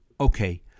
Okay